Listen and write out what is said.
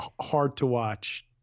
hard-to-watch